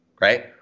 right